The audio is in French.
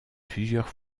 plusieurs